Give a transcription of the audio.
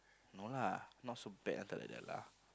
no lah not so bad until like that lah